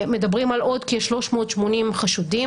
מדברים על עוד כ-380 חשודים.